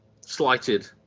slighted